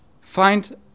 Find